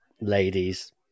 ladies